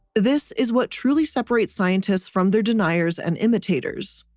this is what truly separates scientists from their deniers and imitators.